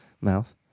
mouth